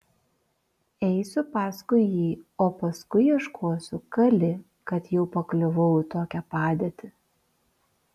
eisiu paskui jį o paskui ieškosiu kali kad jau pakliuvau į tokią padėtį